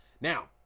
Now